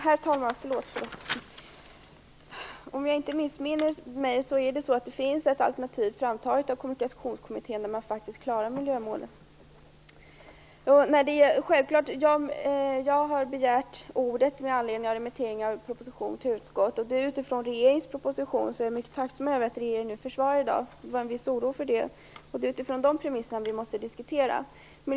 Herr talman! Om jag inte missminner mig, finns det ett alternativ framtaget av Kommunikationskommittén där man klarar miljömålen. Jag har självfallet begärt ordet med anledning av remissen av propositionen till utskott, och jag är mycket tacksam för att regeringen i dag försvarar propositionen - det fanns en viss oro för hur det skulle bli. Det är utifrån de premisserna vi måste diskutera.